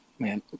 Man